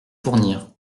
fournir